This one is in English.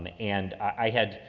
and and i had,